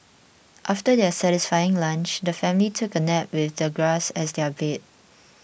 after their satisfying lunch the family took a nap with the grass as their bed